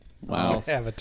Wow